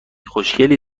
خوشگلی